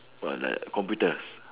what like computers